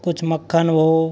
कुछ मक्खन हो